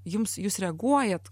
jums jūs reaguojat